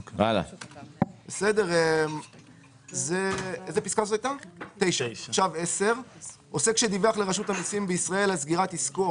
2019. "(10)עוסק שדיווח לרשות המסים בישראל על סגירת עסקו